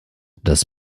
das